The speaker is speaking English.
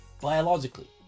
biologically